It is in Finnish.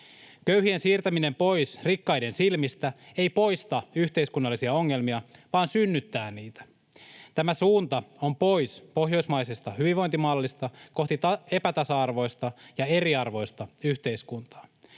Köyhien siirtäminen pois rikkaiden silmistä ei poista yhteiskunnallisia ongelmia vaan synnyttää niitä. Tämä suunta on pois pohjoismaisesta hyvinvointimallista kohti epätasa-arvoista ja eriarvoista yhteiskuntaa.